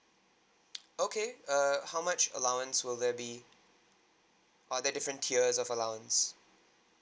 okay err how much allowance will there be are there different tiers of allowance